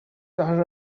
are